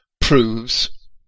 proves